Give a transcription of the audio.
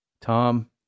Tom